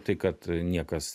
tai kad niekas